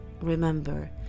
remember